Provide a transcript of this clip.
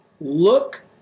look